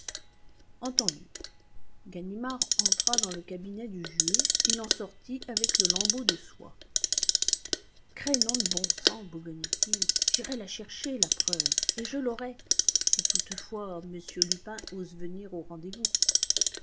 entendu ganimard entra dans le cabinet du juge il en sortit avec le lambeau de soie crénom de bon sang bougonnait il j'irai la chercher la preuve et je l'aurai si toutefois m lupin ose venir au rendez-vous